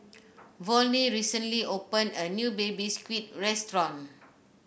Volney recently opened a new Baby Squid restaurant